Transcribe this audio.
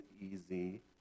easy